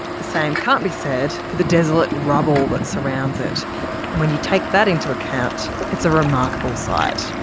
the same can't be said for the desolate rubble that surrounds it. and when you take that into account, it's a remarkable sight.